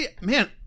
Man